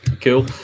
Cool